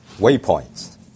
waypoints